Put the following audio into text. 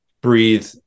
breathe